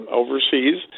overseas